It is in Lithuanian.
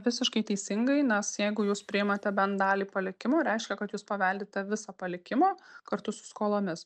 visiškai teisingai nes jeigu jūs priimate bent dalį palikimo reiškia kad jūs paveldite visą palikimą kartu su skolomis